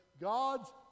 god's